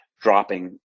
dropping